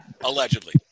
Allegedly